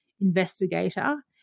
investigator